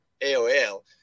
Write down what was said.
AOL